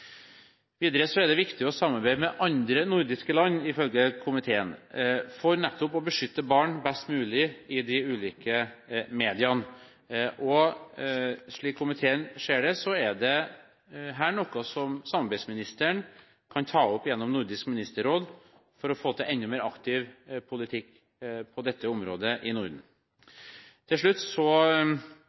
Videre er det ifølge komiteen viktig å samarbeide med andre nordiske land, for nettopp å beskytte barn best mulig i de ulike mediene, og slik komiteen ser det, er dette noe som samarbeidsministeren kan ta opp gjennom Nordisk ministerråd for å få til en enda mer aktiv politikk på dette området i Norden. Til slutt